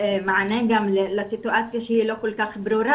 מענה גם לסיטואציה שהיא לא כל כך ברורה.